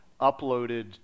uploaded